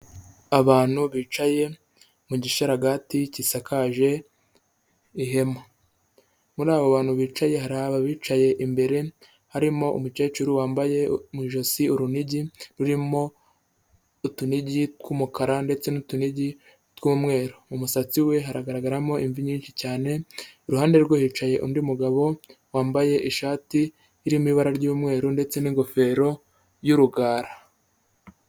Abantu bicaye mu gishararaga gisakaje ihema, muri abo bantu bicaye hari bicaye imbere, harimo umukecuru wambaye ijosi urunigi rurimo utunigi tw'umukara ndetse n'utuninigi w'umweru, mumusatsi we hagaragaramo imvi nyinshi cyane, iruhande rwe hicaye undi mugabo wambaye ishati irimo ibara ry'umweru ndetse n'ingofero y'urugara.